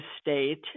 state